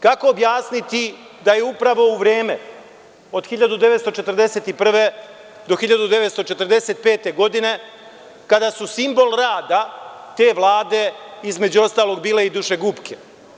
Kako objasniti da je upravo u vreme od 1941. do 1945. godine, kada su simbol rada te vlade, između ostalog bile i „dušegupke“